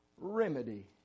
remedy